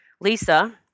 Lisa